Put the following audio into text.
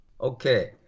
Okay